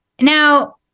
Now